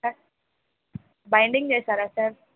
sir binding చేస్తారా sir